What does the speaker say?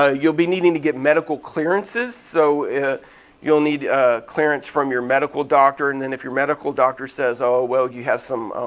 ah you'll be needing to get medical clearances so you'll need clearance from your medical doctor and then if your medical doctor says oh well, you have some